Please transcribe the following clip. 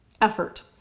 effort